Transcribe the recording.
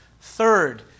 Third